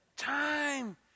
Time